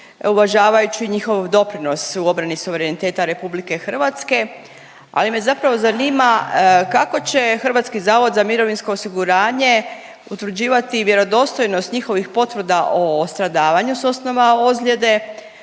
uvažavajući njihov doprinos u obrani suvereniteta RH, ali me zapravo zanima kako će HZMO utvrđivati vjerodostojnost njihovih potvrda o stradavanju s osnova ozljede,